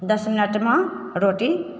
दस मिनटमे रोटी